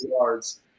yards